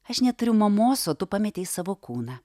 aš neturiu mamos o tu pametei savo kūną